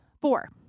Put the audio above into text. four